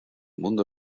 mundo